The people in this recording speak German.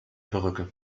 perücke